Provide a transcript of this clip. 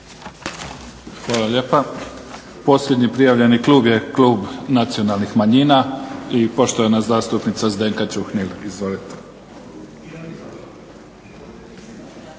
Hvala lijepa. Posljednji prijavljeni klub je Klub nacionalnih manjina i poštovana zastupnica Zdenka Čuhnil. Izvolite.